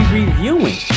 reviewing